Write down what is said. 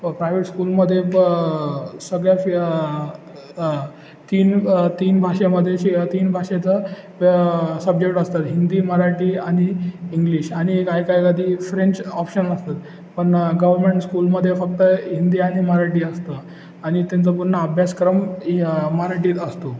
private स्कूलमध्ये प सगळ्या फि तीन तीन भाषेमध्ये शि तीन भाषेचं सब्जेक्ट असतात हिंदी मराठी आणि इंग्लिश आणि काय काय कधी फ्रेंच ऑप्शनल असतात पण गव्हर्मेंट स्कूलमध्ये फक्त हिंदी आणि मराठी असतं आणि त्यांचा पूर्ण अभ्यासक्रम इ मराठीत असतो